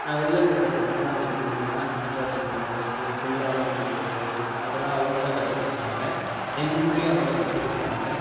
நான் உல்லன் நூலில் சொட்டர்லாம் தக் பின்னுவேன் அது சூப்பராக பின்னுவேன் சொட்டரு குல்லாலாம் பின்னுறது அதெல்லாம் அவங்கதான் கற்றுக்குடுத்தாங்க எங்கூர்லையும் அவங்கதான் கற்றுக்குடுத்தாங்க